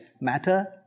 matter